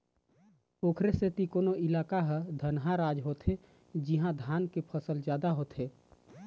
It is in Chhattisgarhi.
ओखरे सेती कोनो इलाका ह धनहा राज होथे जिहाँ धान के फसल जादा होथे